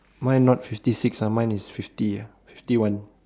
mine not fifty six ah mine is fifty ah fifty one